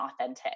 authentic